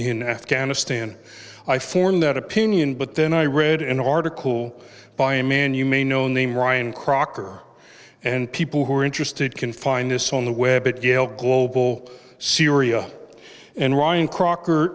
in afghanistan i formed that opinion but then i read an article by a man you may know named ryan crocker and people who are interested can find this on the web it global syria and ryan crocker